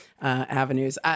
avenues